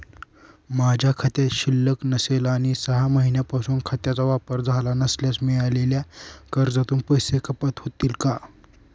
माझ्या खात्यात शिल्लक नसेल आणि सहा महिन्यांपासून खात्याचा वापर झाला नसल्यास मिळालेल्या कर्जातून पैसे कपात होतील का?